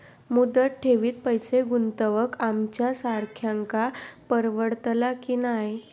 मुदत ठेवीत पैसे गुंतवक आमच्यासारख्यांका परवडतला की नाय?